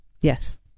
yes